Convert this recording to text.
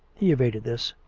he evaded this.